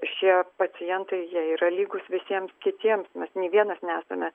šie pacientai jie yra lygūs visiems kitiems mes nei vienas nesame